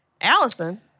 Allison